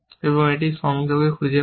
আমি এখানে এই সংযোগ খুঁজে পাই